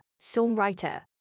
songwriter